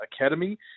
Academy